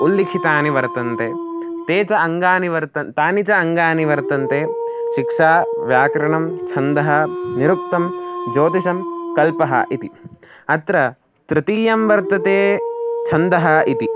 उल्लिखितानि वर्तन्ते ते च अङ्गानि वर्तन्ते तानि च अङ्गानि वर्तन्ते शिक्षा व्याकरणं छन्दः निरुक्तं ज्योतिषं कल्पः इति अत्र तृतीयं वर्तते छन्दः इति